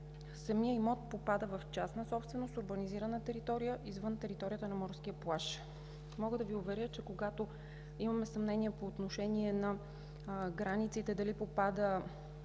Самият имот попада в частна собственост, урбанизирана територия, извън територията на морския плаж. Мога да Ви уверя, че когато имаме съмнение по отношение на границите – дали попада